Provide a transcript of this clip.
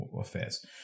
affairs